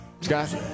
Scott